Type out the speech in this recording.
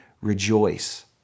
rejoice